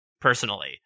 personally